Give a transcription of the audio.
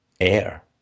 air